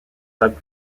sub